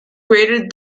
greater